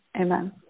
amen